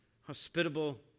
hospitable